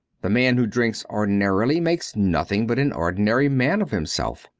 the man who drinks ordinarily makes nothing but an ordinary man of himself.